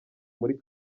muri